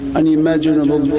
unimaginable